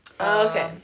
Okay